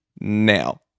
Now